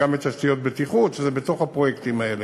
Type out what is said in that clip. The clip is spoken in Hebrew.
וזה גם תשתיות בטיחות, שזה בתוך הפרויקטים האלה.